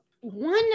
one